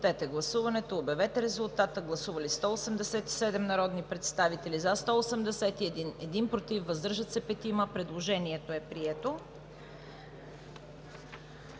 Предложението е прието.